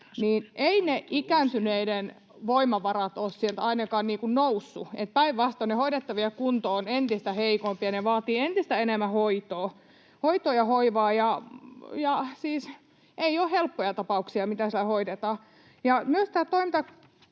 ne ikääntyneiden voimavarat ole sieltä ainakaan nousseet, vaan päinvastoin niiden hoidettavien kunto on entistä heikompi ja ne vaativat entistä enemmän hoitoa, hoitoa ja hoivaa, ja ei ole siis helppoja tapauksia, mitä siellä hoidetaan.